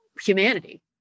humanity